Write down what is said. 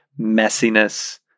messiness